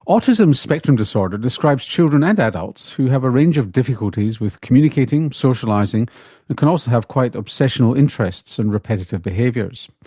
autism spectrum disorder describes children and adults who have a range of difficulties with communicating, socialising and can also have quite obsessional interests and repetitive behaviours.